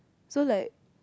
so like